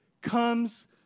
comes